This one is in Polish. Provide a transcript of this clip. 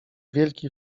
wielki